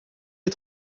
est